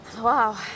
wow